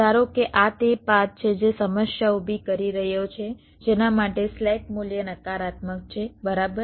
ધારો કે આ તે પાથ છે જે સમસ્યા ઉભી કરી રહ્યો છે જેના માટે સ્લેક મૂલ્ય નકારાત્મક છે બરાબર